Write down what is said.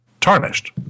tarnished